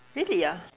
really ah